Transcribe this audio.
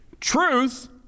truth